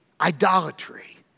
idolatry